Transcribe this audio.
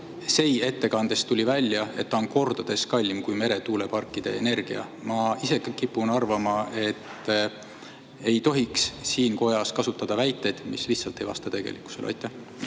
SEI ettekandes välja, et see on kordades kallim kui meretuuleparkide energia. Ma ise küll kipun arvama, et ei tohiks siin kojas kasutada väiteid, mis lihtsalt ei vasta tegelikkusele. Jaa,